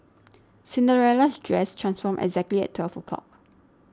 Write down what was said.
Cinderella's dress transformed exactly at twelve o'clock